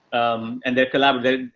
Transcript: um, and their collaborative.